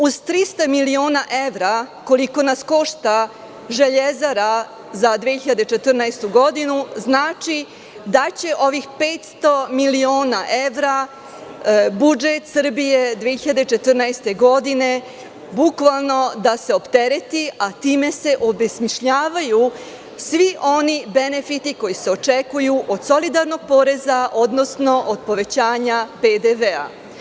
Uz 300 miliona evra, koliko nas košta „Železara“ za 2014. godinu, znači da će ovih 500 miliona evra budžet Srbije u 2014. godini bukvalno da se optereti, a time se obesmišljavaju svi oni benefiti koji se očekuju od solidarnog poreza, odnosno od povećanja PDV.